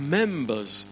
members